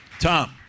Tom